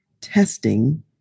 testing